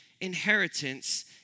inheritance